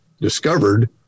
discovered